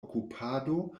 okupado